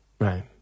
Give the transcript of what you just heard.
Right